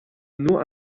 nur